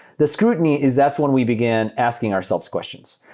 the scrutiny is that's when we began asking ourselves questions,